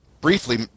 Briefly